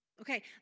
Okay